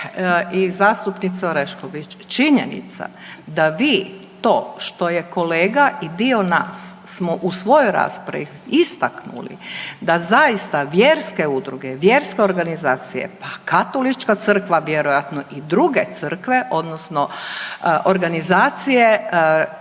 i zastupnice Orešković, činjenica da vi to što je kolega i dio nas smo u svojoj raspravi istaknuli da zaista vjerske udruge, vjerske organizacije pa katolička crkva vjerojatno i druge crkve odnosno organizacije